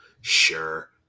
Sure